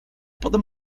potem